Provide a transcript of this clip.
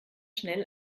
schnell